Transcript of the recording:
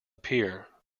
appear